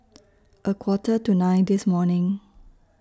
A Quarter to nine This morning